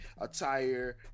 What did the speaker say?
attire